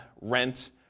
rent